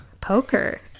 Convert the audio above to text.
Poker